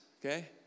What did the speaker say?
okay